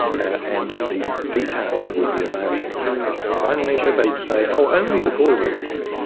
and the details would be available. now, in one measure they'd say, oh, only the call records,